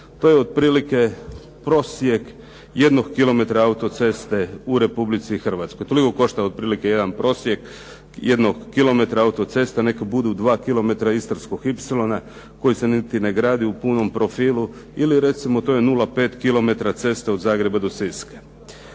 To je otprilike prosjek jednog kilometra autoceste u Republici Hrvatskoj. Toliko košta otprilike jedan prosjek jednog kilometra autoceste. Neka budu dva kilometra istarskog ipsilona koji se niti ne gradi u punom profilu ili recimo to je nula pet kilometra ceste od Zagreba do Siska.